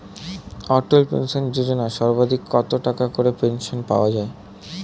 অটল pension Yojana সর্বাধিক কত টাকা করে পেনশন পাওয়া যায়?